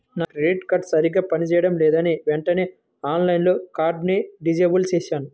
నా credit card సరిగ్గా పని చేయడం లేదని వెంటనే ఆన్లైన్లో కార్డుని డిజేబుల్ చేశాను